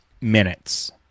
minutes